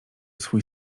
swój